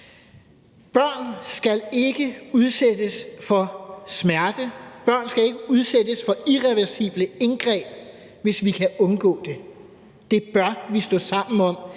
Børn skal ikke udsættes for smerte, børn skal ikke udsættes for irreversible indgreb, hvis vi kan undgå det. Det bør vi stå sammen om.